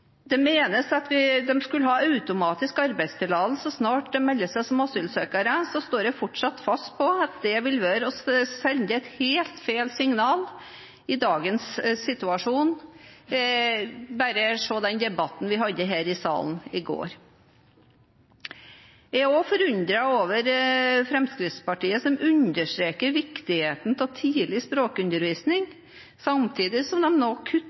det menes at alle skal få automatisk arbeidstillatelse så snart man melder seg som asylsøker, står jeg fortsatt fast på at det vil være å sende et helt feil signal i dagens situasjon. Det er bare å se på den debatten vi hadde her i salen i går. Jeg er også forundret over Fremskrittspartiet som understreker viktigheten av tidlig språkundervisning samtidig som de nå kutter